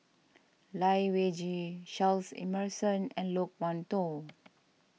Lai Weijie Charles Emmerson and Loke Wan Tho